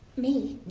me?